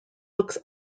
looks